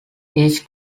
each